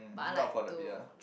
not for the beer lah